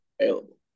available